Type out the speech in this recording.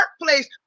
workplace